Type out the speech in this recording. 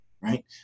Right